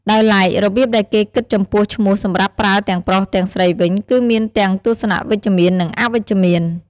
ដោយឡែករបៀបដែលគេគិតចំពោះឈ្មោះសម្រាប់ប្រើទាំងប្រុសទាំងស្រីវិញ គឺមានទាំងទស្សនៈវិជ្ជមាន និង អវិជ្ជមាន។